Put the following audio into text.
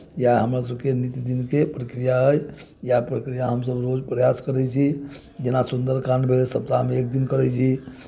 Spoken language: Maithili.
इएह हमरसभके नित्य दिनके प्रक्रिया अइ इएह प्रक्रिया हमसभ रोज प्रयास करै छी जेना सुन्दरकाण्ड भेल सप्ताहमे एक दिन करै छी